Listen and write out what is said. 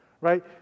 right